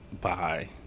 bye